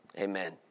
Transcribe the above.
Amen